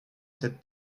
cette